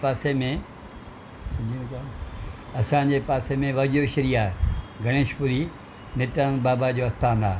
पासे में असांजे पासे में वजूश्री आहे गणेश पुरी नित्यानंद बाबा जो आस्थानु आहे